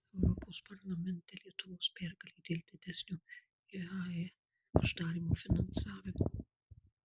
europos parlamente lietuvos pergalė dėl didesnio iae uždarymo finansavimo